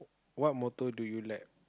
what motor do you like